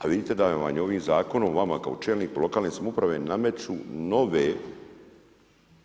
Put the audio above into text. A vidite da vam ovim zakonom vama kao čelniku lokalne samouprave nameću